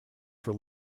for